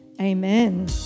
Amen